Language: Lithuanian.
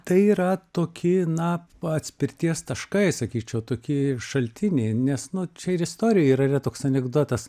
tai yra toki na pa atspirties taškai sakyčiau toki šaltiniai nes nu čia ir istorijoj ir yra toks anekdotas